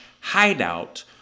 hideout